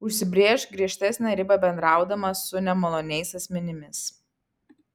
užsibrėžk griežtesnę ribą bendraudama su nemaloniais asmenimis